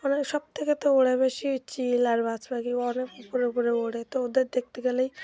অনেক সব থেকে তো ওড়ে বেশি চিল আর বাজ পাখি অনেক উপরে উপরে ওড়ে তো ওদের দেখতে গেলেই